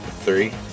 Three